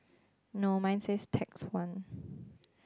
no mine says text one